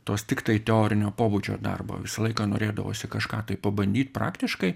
tos tiktai teorinio pobūdžio darbo visą laiką norėdavosi kažką tai pabandyt praktiškai